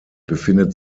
befindet